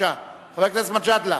חבר הכנסת מג'אדלה,